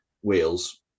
wheels